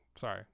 Sorry